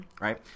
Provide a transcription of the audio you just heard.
Right